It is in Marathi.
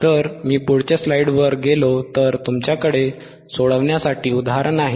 तर मी पुढच्या स्लाइडवर गेलो तर तुमच्याकडे सोडवण्यासाठी उदाहरण आहे